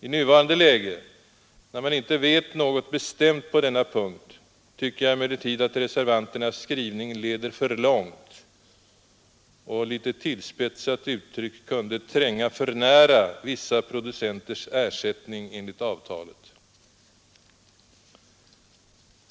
I nuvarande läge, när man inte vet något bestämt på denna punkt, tycker jag emellertid att reservanternas skrivning för litet för långt och, litet tillspetsat uttryckt, kunde träda för när vissa producenters ersättning enligt avtalet.